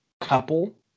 couple